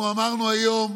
אנחנו אמרנו היום